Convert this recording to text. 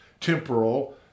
temporal